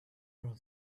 around